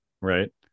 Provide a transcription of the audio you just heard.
right